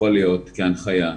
יכול להיות כהנחיה,